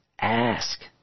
ask